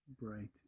bright